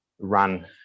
run